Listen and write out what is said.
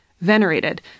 venerated